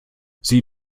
sie